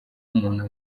umuntu